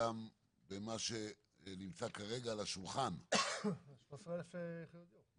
גם מה שנמצא כרגע על השולחן -- יש 13,000 יחידות דיור,